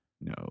no